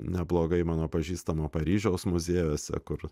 neblogai mano pažįstamo paryžiaus muziejuose kur